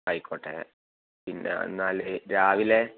ആയിക്കോട്ടെ പിന്നെ എന്നാൽ രാവിലെ